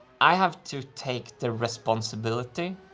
i have to take the responsibility